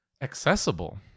accessible